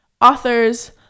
authors